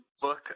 book